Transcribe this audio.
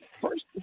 first